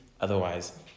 Otherwise